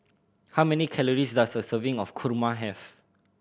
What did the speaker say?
how many calories does a serving of kurma have